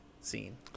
scene